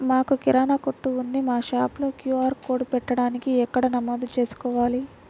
మాకు కిరాణా కొట్టు ఉంది మా షాప్లో క్యూ.ఆర్ కోడ్ పెట్టడానికి ఎక్కడ నమోదు చేసుకోవాలీ?